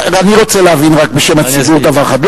אני רוצה להבין בשם הציבור דבר אחד.